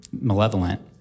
malevolent